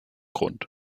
grund